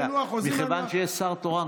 מכיוון שיש שר תורן,